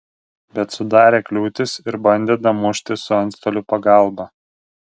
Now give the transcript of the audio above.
bet sudarė kliūtis ir bandė damušti su antstolių pagalba